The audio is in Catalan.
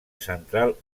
central